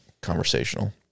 conversational